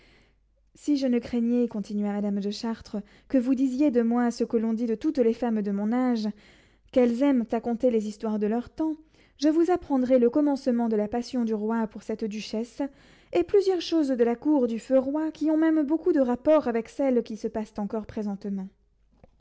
si je ne craignais continua madame de chartres que vous disiez de moi ce que l'on dit de toutes les femmes de mon âge qu'elles aiment à conter les histoires de leur temps je vous apprendrais le commencement de la passion du roi pour cette duchesse et plusieurs choses de la cour du feu roi qui ont même beaucoup de rapport avec celles qui se passent encore présentement